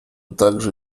также